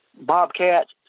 bobcats